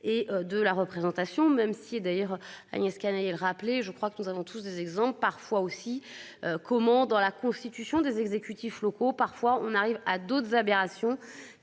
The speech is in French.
et de la représentation, même si d'ailleurs Agnès Canayer le rappeler, je crois que nous avons tous des exemples parfois aussi. Comme on dans la constitution des exécutifs locaux, parfois on arrive à d'autres aberrations